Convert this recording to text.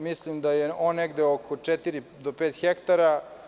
Mislim da je on negde od četiri do pet hektara.